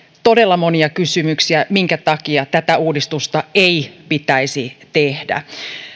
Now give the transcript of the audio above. todella monia kysymyksiä minkä takia tätä uudistusta ei pitäisi tehdä